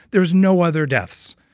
there's no other deaths